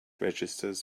registers